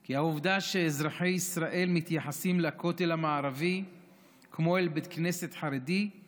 כי העובדה שאזרחי ישראל מתייחסים לכותל המערבי כמו אל בית כנסת חרדי היא